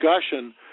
discussion